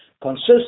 consists